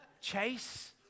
Chase